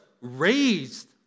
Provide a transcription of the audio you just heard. raised